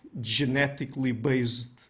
genetically-based